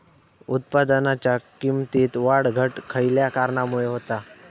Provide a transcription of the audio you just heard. उत्पादनाच्या किमतीत वाढ घट खयल्या कारणामुळे होता?